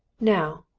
now,